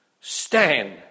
Stand